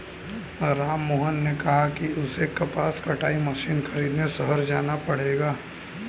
राममोहन ने कहा कि उसे कपास कटाई मशीन खरीदने शहर जाना पड़ेगा